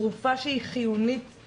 תרופה שהיא חיונית,